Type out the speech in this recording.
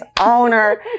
owner